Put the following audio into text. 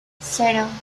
cero